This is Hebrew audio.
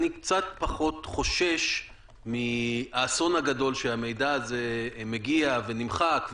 אני קצת פחות חושש מהאסון הגדול שהמידע הזה מגיע ונמחק.